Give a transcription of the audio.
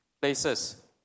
places